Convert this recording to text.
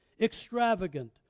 extravagant